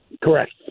Correct